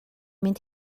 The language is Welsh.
mynd